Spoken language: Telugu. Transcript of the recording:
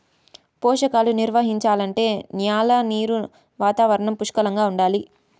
పోషకాలు నిర్వహించాలంటే న్యాల నీరు వాతావరణం పుష్కలంగా ఉండాలి